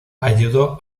ayudó